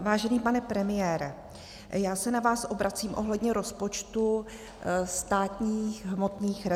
Vážený pane premiére, já se na vás obracím ohledně rozpočtu státních hmotných rezerv.